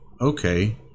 okay